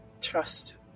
trust